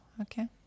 okay